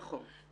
נכון.